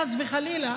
חס וחלילה,